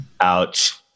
Ouch